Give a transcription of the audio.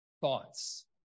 thoughts